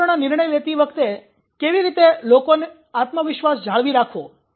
તણાવપૂર્ણ નિર્ણય લેતી વખતે કેવી રીતે લોકોને આત્મવિશ્વાસ જાળવી રાખવો